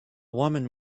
woman